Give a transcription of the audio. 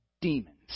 demons